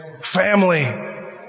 Family